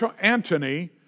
Antony